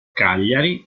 cagliari